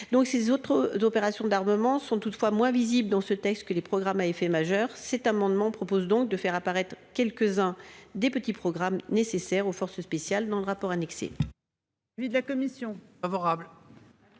les autres d'opérations d'armement sont toutefois moins visibles dans ce texte que les programmes à effet majeur cet amendement propose donc de faire apparaître quelques-uns des petits programmes nécessaires aux forces spéciales dans le rapport annexé.